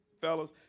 Fellas